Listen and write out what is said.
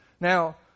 Now